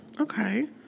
Okay